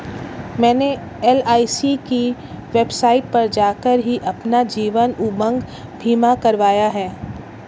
मैंने एल.आई.सी की वेबसाइट पर जाकर ही अपना जीवन उमंग बीमा करवाया है